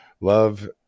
Love